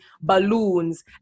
balloons